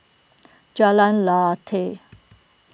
Jalan Lateh